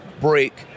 break